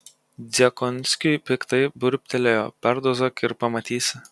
dziekonskiui piktai burbtelėjo perdozuok ir pamatysi